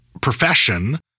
profession